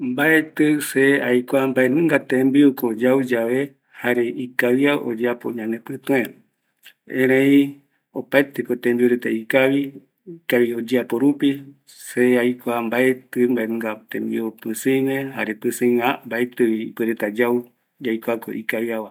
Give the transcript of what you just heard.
Mbaetɨ aikua mbaenunga tembiu yauyave, jare ikavia oyapo ñanepïtüe, erei opaeteko tembiu reta ikavi, ikavi oyeapo rupi, erei mbaetɨ aikua mbaenunga tembiu pisɨigue, jare pisɨi va mbaetɨ yande puereta yau, yaikuako ikaviava